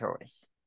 choice